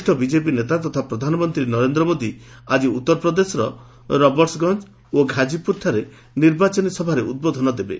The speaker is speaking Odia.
ବରିଷ୍ଠ ବିଜେପି ନେତା ତଥା ପ୍ରଧାନମନ୍ତ୍ରୀ ନରେନ୍ଦ୍ର ମୋଦି ଆଜି ଉତ୍ତର ପ୍ରଦେଶର ରବର୍ଟସ୍ଗଞ୍ ଓ ଘାଜିପୁରଠାରେ ନିର୍ବାଚନୀ ସଭାରେ ଉଦ୍ବୋଧନ ଦେବେ